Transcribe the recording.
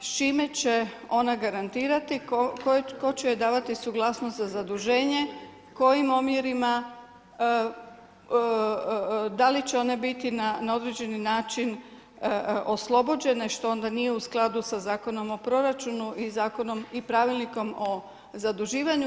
S čime će ona garantirati, tko će joj davati suglasnost za zaduženje, u kojim omjerima, da li će one biti na određeni način oslobođene, što onda nije u skladu sa Zakonom o proračunu i Pravilnikom o zaduživanju.